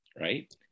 right